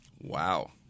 Wow